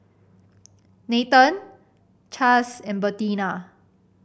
Nathanael Chaz and Bertina